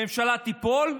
הממשלה תיפול,